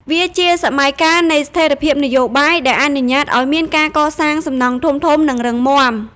វាជាសម័យកាលនៃស្ថិរភាពនយោបាយ ដែលអនុញ្ញាតឱ្យមានការកសាងសំណង់ធំៗ និងរឹងមាំ។